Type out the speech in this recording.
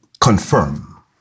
confirm